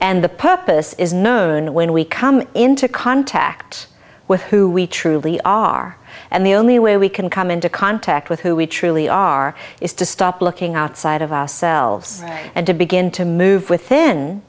and the purpose is known when we come into contact with who we truly are and the only way we can come into contact with who we truly are is to stop looking outside of ourselves and to begin to move with